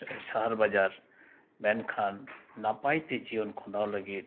ᱥᱟᱦᱟᱨ ᱵᱟᱡᱟᱨ ᱢᱮᱱᱠᱷᱟᱱ ᱱᱟᱯᱟᱭᱛᱮ ᱡᱤᱭᱚᱱ ᱠᱷᱟᱸᱰᱟᱣ ᱞᱟᱹᱜᱤᱫ